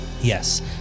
Yes